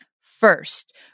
First